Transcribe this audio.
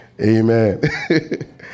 Amen